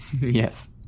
Yes